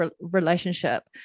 relationship